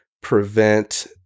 prevent